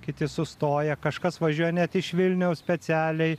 kiti sustoję kažkas važiuoja net iš vilniaus specialiai